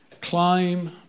Climb